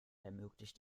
ermöglicht